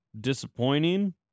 disappointing